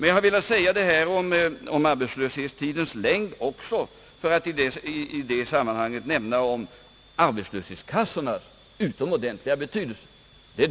Jag har velat framhålla detta om arbetslöshetstidens längd också för att i det sammanhanget nämna arbetslöshetskassornas utomordentliga betydelse.